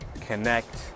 connect